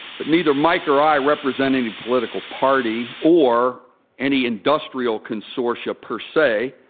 but neither mike or i represent any political party, or any industrial consortia per se.